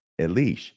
elish